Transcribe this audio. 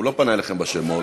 הוא לא פנה אליכם בשמות.